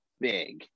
big